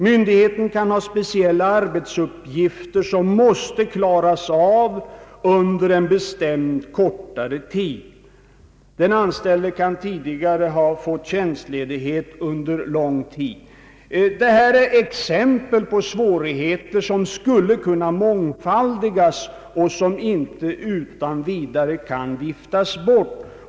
Myndigheten kan ha speciella arbetsuppgifter, som måste klaras av under en bestämd kortare tid. Den anställde kan tidigare ha fått tjänstledighet under lång tid. Detta är exempel på svårigheter som skulle kunna mångfaldigas och som inte utan vidare kan viftas bort.